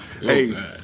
Hey